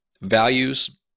values